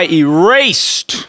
erased